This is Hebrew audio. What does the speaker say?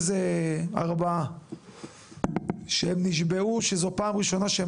איזה ארבעה שהם נשבעו שזו פעם ראשונה שהם